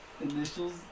Initials